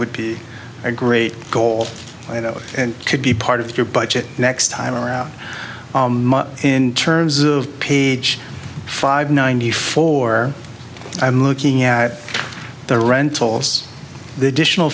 would be a great goal and could be part of your budget next time around in terms of page five ninety four i'm looking at the rentals the additional